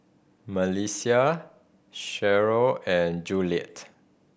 Melissia Cheryle and Juliet